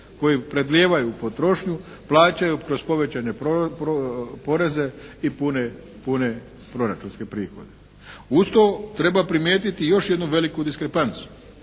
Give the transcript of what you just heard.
koji predmnijevaju u potrošnju, plaćaju kroz povećane poreze i pune proračunske prihode. Uz to, treba primijetiti još jednu veliku diskrepancu.